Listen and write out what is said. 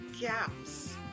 gaps